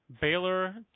Baylor